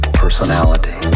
personality